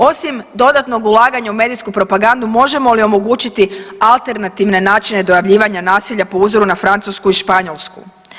Osim dodatnog ulaganja u medijsku propagandu, možemo li omogućiti alternativne načine dojavljivanja nasilja po uzoru na Francusku i Španjolsku?